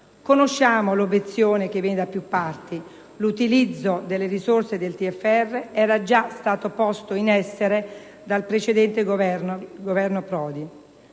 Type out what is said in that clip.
Conosciamo l'obiezione sollevata da più parti: l'utilizzo delle risorse del TFR era già stato posto in essere dal Governo Prodi.